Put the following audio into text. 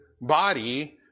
body